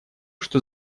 что